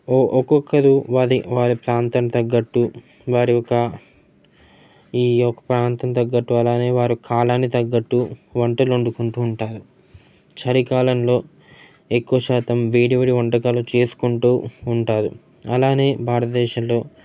ఒ ఒక్కొక్కరు వారి వారి ప్రాంతం తగ్గట్టు వారి యొక్క ఈ యొక్క ప్రాంతం తగ్గట్టు అలానే వారు కాలాన్ని తగ్గట్టు వంటలు వండుకుంటూ ఉంటారు చలికాలంలో ఎక్కువ శాతం వేడివేడి వంటకాలు చేసుకుంటూ ఉంటారు అలానే భారతదేశంలో